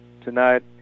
tonight